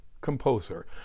composer